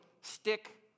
stick